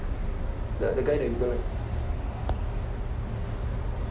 the the guy that you don't like